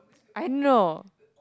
I know